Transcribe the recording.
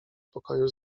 pokoju